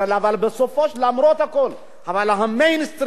אבל למרות הכול, ב"מיינסטרים",